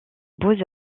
beaux